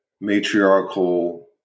matriarchal